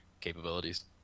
capabilities